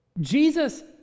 Jesus